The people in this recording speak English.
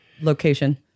location